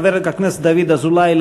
חבר הכנסת דוד אזולאי,